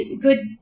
good